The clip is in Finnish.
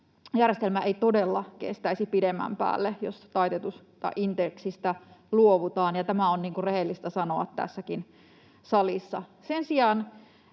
järjestelmä ei todella kestäisi pidemmän päälle, jos taitetusta indeksistä luovutaan, ja tämä on rehellistä sanoa tässäkin salissa. Sen sijaan